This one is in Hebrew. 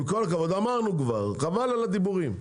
אמרנו כבר, חבל על הדיבורים.